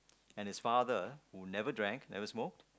and his father who never drank never smoked